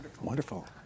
Wonderful